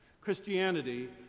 Christianity